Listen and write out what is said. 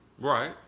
Right